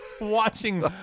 Watching